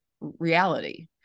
reality